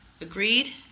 Agreed